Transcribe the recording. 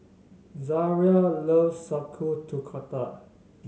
Zaria loves Sauerkraut